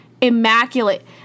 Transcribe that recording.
immaculate